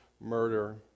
murder